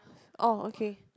oh okay